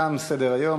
תם סדר-היום.